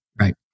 Right